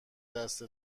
دست